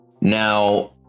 now